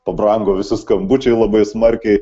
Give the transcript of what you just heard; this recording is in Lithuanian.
pabrango visi skambučiai labai smarkiai